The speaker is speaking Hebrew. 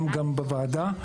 גם בוועדה,